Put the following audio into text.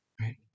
right